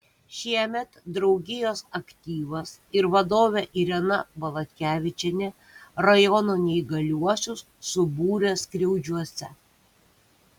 šiemet draugijos aktyvas ir vadovė irena valatkevičienė rajono neįgaliuosius subūrė skriaudžiuose